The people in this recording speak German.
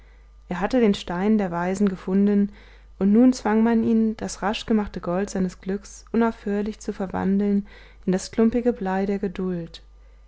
er hatte den stein der weisen gefunden und nun zwang man ihn das rasch gemachte gold seines glücks unaufhörlich zu verwandeln in das klumpige blei der geduld